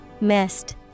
Mist